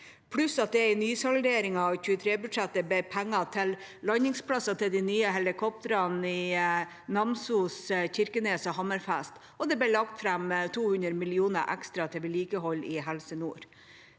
pluss at det i nysalderingen av 2023-budsjettet ble penger til landingsplasser til de nye helikoptrene i Namsos, Kirkenes og Hammerfest. Det ble også lagt fram 200 mill. kr ekstra til vedlikehold i Helse nord.